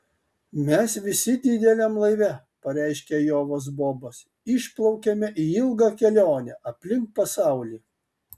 mes visi dideliam laive pareiškė ajovos bobas išplaukiame į ilgą kelionę aplink pasaulį